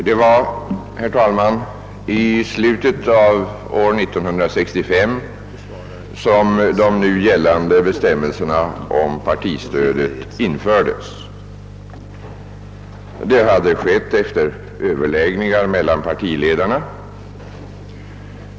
Herr talman! Nu gällande bestämmelser om partistödet infördes i slutet av år 1965 efter överläggningar mellan partiledningarna.